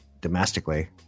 domestically